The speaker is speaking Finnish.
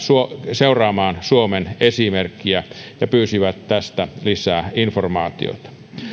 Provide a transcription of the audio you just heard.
seuraamaan suomen esimerkkiä ja pyysivät tästä lisää informaatiota